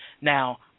Now